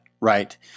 Right